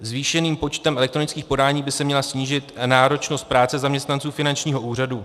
Zvýšeným počtem elektronických podání by se měla snížit náročnost práce zaměstnanců finančního úřadu.